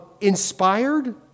inspired